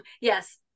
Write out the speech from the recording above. yes